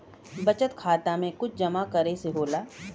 बचत खाता मे कुछ जमा करे से होला?